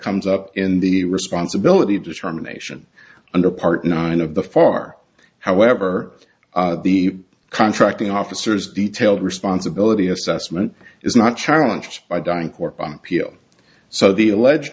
comes up in the responsibility of discrimination under part nine of the far however the contracting officers detailed responsibility assessment is not challenge by dying corp on peel so the alleged